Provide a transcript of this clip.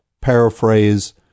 paraphrase